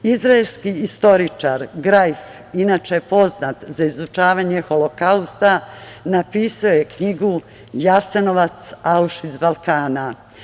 Izraelski istoričar Grajf, inače poznat za izučavanje holokausta, napisao je knjigu "Jasenovac, Aušvic Balkana"